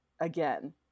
Again